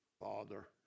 father